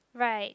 right